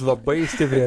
labai stipriai